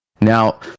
now